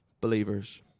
believers